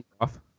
off